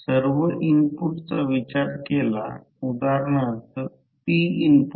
तर याला हे √ 2 ने विभाजित करा हे 2π f N ∅max √ 2